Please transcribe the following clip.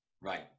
Right